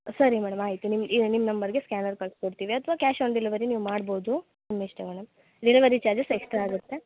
ಸರಿ ಮೇಡಮ್ ಆಯಿತು ನಿಮ್ಮ ಈಗ ನಿಮ್ಮ ನಂಬರ್ಗೆ ಸ್ಕ್ಯಾನರ್ ಕಳ್ಸಿ ಕೊಡ್ತೀವಿ ಅಥ್ವ ಕ್ಯಾಶ್ ಆನ್ ಡಿಲೆವರಿ ನೀವು ಮಾಡ್ಬೋದು ನಿಮ್ಮಿಷ್ಟ ಮೇಡಮ್ ಡಿಲೆವರಿ ಚಾರ್ಜಸ್ ಎಕ್ಸ್ಟ್ರಾ ಆಗುತ್ತೆ